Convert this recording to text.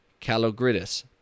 Calogridis